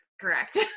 correct